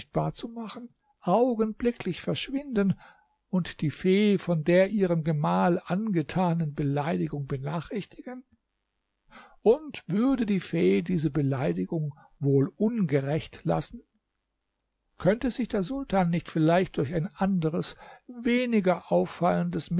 zu machen augenblicklich verschwinden und die fee von der ihrem gemahl angetanen beleidigung benachrichtigen und würde die fee diese beleidigung wohl ungerächt lassen könnte sich der sultan nicht vielleicht durch ein anderes weniger auffallendes